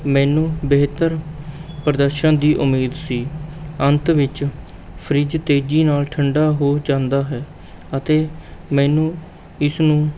ਮੈਨੂੰ ਬਿਹਤਰ ਪ੍ਰਦਰਸ਼ਨ ਦੀ ਉਮੀਦ ਸੀ ਅੰਤ ਵਿੱਚ ਫਰਿੱਜ ਤੇਜ਼ੀ ਨਾਲ਼ ਠੰਡਾ ਹੋ ਜਾਂਦਾ ਹੈ ਅਤੇ ਮੈਨੂੰ ਇਸ ਨੂੰ